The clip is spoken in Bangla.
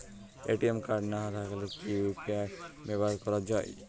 এ.টি.এম কার্ড না থাকলে কি ইউ.পি.আই ব্যবহার করা য়ায়?